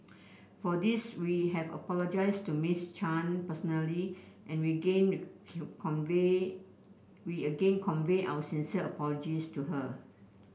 for this we have apologised to Miss Chan personally and we gain convey we again convey our sincere apologies to her